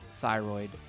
thyroid